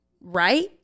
right